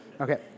Okay